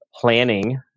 planning